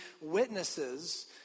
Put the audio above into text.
witnesses